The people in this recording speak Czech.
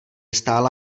stála